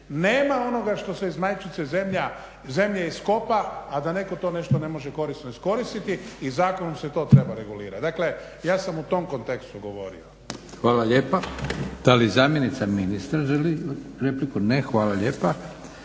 Nema onoga što se iz majčice zemlje iskopa, a da netko to nešto ne može korisno iskoristiti i u zakonu se to treba regulirat. Dakle, ja sam u tom kontekstu govorio. **Leko, Josip (SDP)** Hvala lijepa. Da li zamjenica ministra želi repliku? Ne. Hvala lijepa.